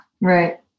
Right